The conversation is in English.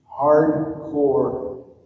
hardcore